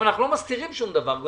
אנחנו לא מסתירים שום דבר.